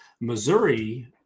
Missouri